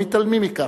הם מתעלמים מכך.